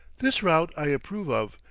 this route i approve of,